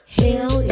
hell